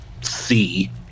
see